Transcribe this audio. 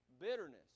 bitterness